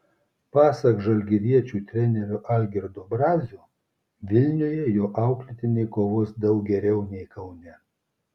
pasak žalgiriečių trenerio algirdo brazio vilniuje jo auklėtiniai kovos daug geriau nei kaune